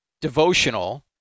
devotional